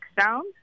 sound